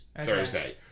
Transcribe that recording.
Thursday